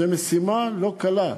זו משימה לא קלה.